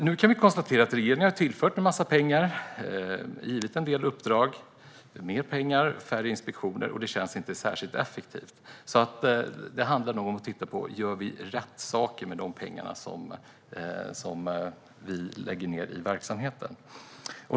Nu kan vi konstatera att regeringen har tillfört en massa pengar, givit mer pengar till en del uppdrag och dragit ned på inspektionerna, och det känns inte särskilt effektivt. Det handlar alltså om att titta på om vi gör rätt saker med de pengar vi lägger ned på verksamheten.